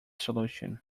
solution